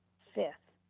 fifth,